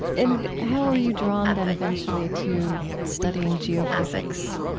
and how were you drawn then eventually to studying geophysics?